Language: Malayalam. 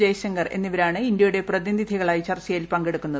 ജയശങ്കർ എന്നിവരാണ് ഇന്ത്യയുടെ പ്രതിനിധികളായി ചർച്ചയിൽ പങ്കെടുക്കുന്നത്